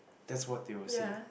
that's what they will say